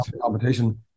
competition